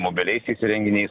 mobiliaisiais įrenginiais